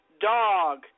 dog